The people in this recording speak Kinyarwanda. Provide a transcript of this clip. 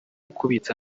kubitsa